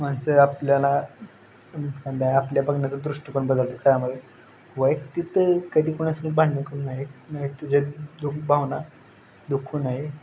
माणसं आपल्याला आपल्या बघण्याचा दृष्टी पण बदलतो खेळामध्ये व वैयक्तिक कधी कोणासून भांडणं करू नये नये तुझ्या दुक्भावना दुखवू नये